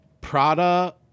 Prada